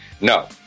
No